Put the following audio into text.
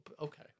okay